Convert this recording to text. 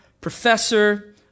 Professor